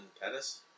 Pettis